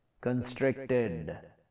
constricted